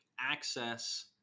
access